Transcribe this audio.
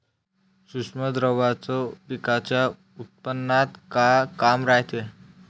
सूक्ष्म द्रव्याचं पिकाच्या उत्पन्नात का काम रायते?